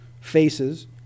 faces